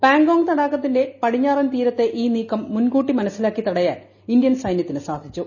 പാങ് going തടാകത്തിന്റെ ് പടിഞ്ഞാറൻ തീരത്തെ ഈ നീക്കം മുൻകൂട്ടി മനസ്സിലാക്കി തടയാൻ ഇന്ത്യൻ സൈന്യത്തിന് സാധിച്ചു